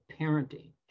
parenting